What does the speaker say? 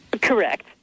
Correct